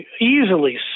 easily